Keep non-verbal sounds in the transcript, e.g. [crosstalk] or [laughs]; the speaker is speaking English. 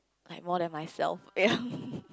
like more than myself ya [laughs]